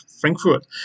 Frankfurt